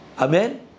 amen